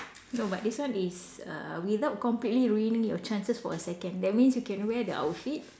no but this one is uh without completely ruining your chances for a second that means you can wear the outfit